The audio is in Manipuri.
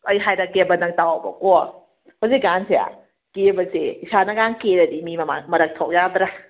ꯑꯩ ꯍꯥꯏꯔꯛꯀꯦꯕ ꯅꯪ ꯇꯥꯎꯋꯣꯀꯣ ꯍꯧꯖꯤꯛꯀꯥꯟꯁꯦ ꯀꯦꯕꯁꯦ ꯏꯁꯥꯅ ꯉꯥꯛ ꯀꯦꯔꯗꯤ ꯃꯤ ꯃꯃꯥꯡ ꯃꯔꯛ ꯊꯣꯛ ꯌꯥꯗ꯭ꯔꯦ